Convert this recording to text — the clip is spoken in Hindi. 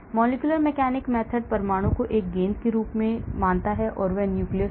molecular mechanics methods परमाणु को एक गेंद के रूप में ग्रहण करती हैं